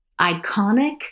iconic